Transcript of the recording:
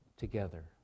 together